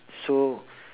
so